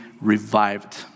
revived